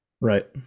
Right